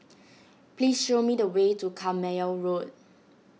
please show me the way to Carpmael Road